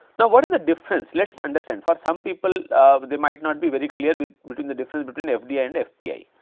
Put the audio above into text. now, what are the difference? let us understand, for some people um they might not be very clear with between the difference between fdi and fpi.